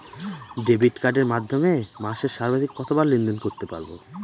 Debit কার্ডের মাধ্যমে মাসে সর্বাধিক কতবার লেনদেন করতে পারবো?